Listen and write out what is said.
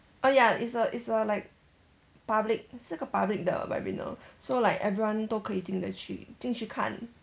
oh ya it's a it's a like public 是个 public 的 webinar so like everyone 都可以进得去进去看